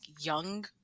young